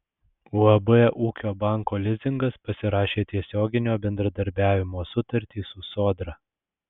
uab ūkio banko lizingas pasirašė tiesioginio bendradarbiavimo sutartį su sodra